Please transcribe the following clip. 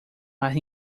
más